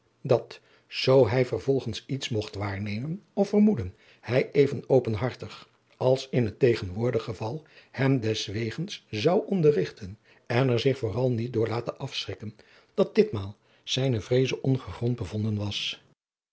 dat zoo hij vervolgens iets mogt waarnemen of vermoeden hij even openhartig als in het tegenwoordig geval hem deswegens zou onderrigten en er zich vooral niet door laten afschrikken dat dit maal zijne vreeze ongegrond bevonden was